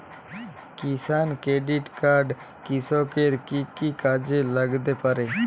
কিষান credit card কৃষকের কি কি কাজে লাগতে পারে?